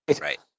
Right